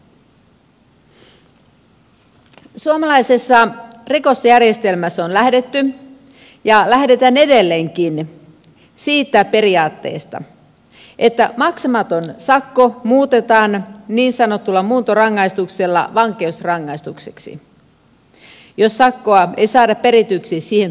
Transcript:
suomalaisessa rikosjärjestelmässä on lähdetty ja lähdetään edelleenkin siitä periaatteesta että maksamaton sakko muutetaan niin sanotulla muuntorangaistuksella vankeusrangaistukseksi jos sakkoa ei saada perityksi siihen tuomitulta